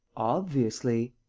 obviously.